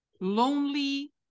lonely